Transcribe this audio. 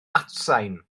atsain